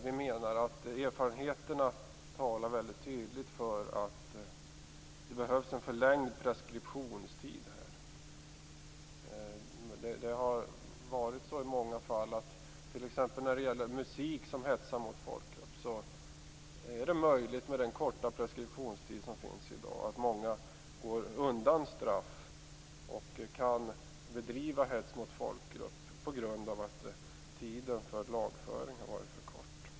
Vi menar att erfarenheterna talar tydligt för att det behövs en förlängd preskriptionstid. T.ex. i fall med musik som hetsar mot folkgrupp har många kommit undan straff på grund av att tiden för lagföring har varit för kort.